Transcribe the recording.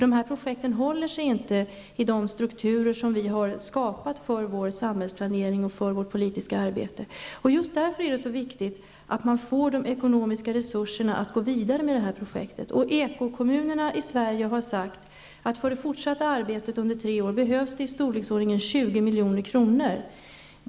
Dessa projekt håller sig inte i de strukturer som vi har skapat för vår samhällsplanering och vårt politiska arbete. Just därför är det så viktigt att man får de ekonomiska resurserna att gå vidare med detta projekt. Ekokommunerna i Sverige har sagt att det för det fortsatta arbetet under tre år behövs i storleksordningen 20 milj.kr.